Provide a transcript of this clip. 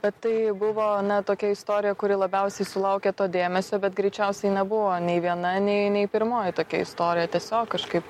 bet tai buvo na tokia istorija kuri labiausiai sulaukė to dėmesio bet greičiausiai nebuvo nei viena nei nei pirmoji tokia istorija tiesiog kažkaip